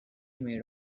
made